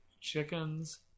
chickens